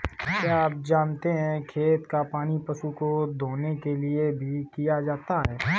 क्या आप जानते है खेत का पानी पशु को धोने के लिए भी किया जाता है?